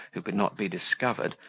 who could not be discovered,